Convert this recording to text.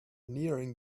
nearing